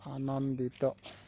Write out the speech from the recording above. ଆନନ୍ଦିତ